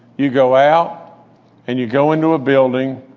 you go out and you go into a building.